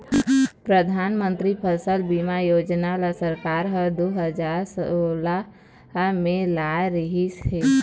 परधानमंतरी फसल बीमा योजना ल सरकार ह दू हजार सोला म लाए रिहिस हे